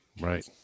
Right